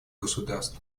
государств